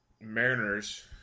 Mariners